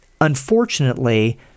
Unfortunately